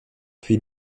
puis